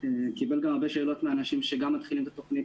וקיבל גם הרבה שאלות מאנשים שמתחילים את התוכנית